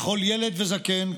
וכל ילד וזקן,